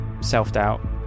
self-doubt